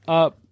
up